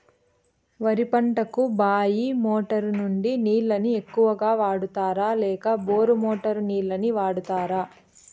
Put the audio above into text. వరి పంటకు బాయి మోటారు నుండి నీళ్ళని ఎక్కువగా వాడుతారా లేక బోరు మోటారు నీళ్ళని వాడుతారా?